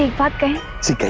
ah but